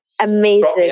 amazing